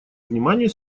вниманию